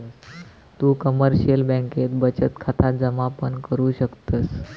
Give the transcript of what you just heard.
तु कमर्शिअल बँकेत बचत खाता जमा पण करु शकतस